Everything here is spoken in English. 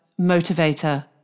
motivator